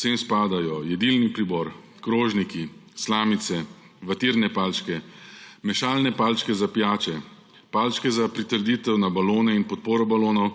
Sem spadajo jedilni pribor, krožniki, slamice, vatirne palčke, mešalne palčke za pijače, palčke za pritrditev na balone in podporo balonov,